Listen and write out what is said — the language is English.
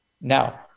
Now